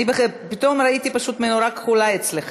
אני פתאום ראיתי פשוט נורה כחולה אצלך.